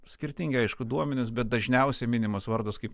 skirtingi aišku duomenys bet dažniausiai minimas vardas kaip